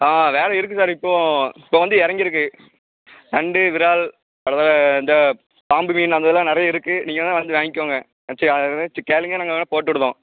வேலை இருக்குது சார் இப்போ இப்போ வந்து இறங்கிருக்குது நண்டு விறால் அதுக்கப்புறம் இந்த பாம்பு மீன் அந்த இதெலாம் நிறையாவே இருக்குது நீங்கள் வேணுணா வந்து வாங்கிக்கோங்க ஏதாச்சும் ஏதாச்சும் கேளுங்க நாங்கள் வேணுணா போட்டு கொடுதோம்